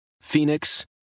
Phoenix